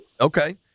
Okay